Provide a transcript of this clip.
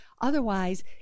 otherwise